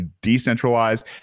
decentralized